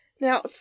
now